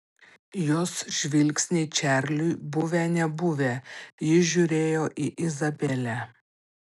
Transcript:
jos žvilgsniai čarliui buvę nebuvę jis žiūrėjo į izabelę